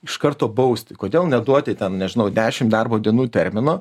iš karto bausti kodėl neduoti ten nežinau dešim darbo dienų termino